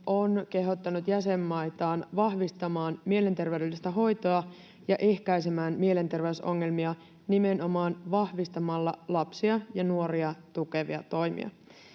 on kehottanut jäsenmaitaan vahvistamaan mielenterveydellistä hoitoa ja ehkäisemään mielenterveysongelmia nimenomaan vahvistamalla lapsia ja nuoria tukevia toimia.